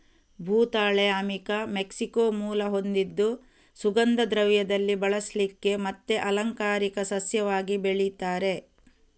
ಭೂತಾಳೆ ಅಮಿಕಾ ಮೆಕ್ಸಿಕೋ ಮೂಲ ಹೊಂದಿದ್ದು ಸುಗಂಧ ದ್ರವ್ಯದಲ್ಲಿ ಬಳಸ್ಲಿಕ್ಕೆ ಮತ್ತೆ ಅಲಂಕಾರಿಕ ಸಸ್ಯವಾಗಿ ಬೆಳೀತಾರೆ